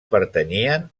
pertanyien